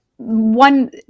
One